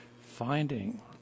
finding